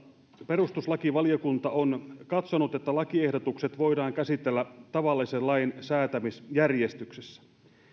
perustuslakivaliokunta on katsonut että lakiehdotukset voidaan käsitellä tavallisen lain säätämisjärjestyksessä